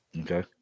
okay